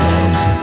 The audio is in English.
Love